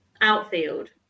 outfield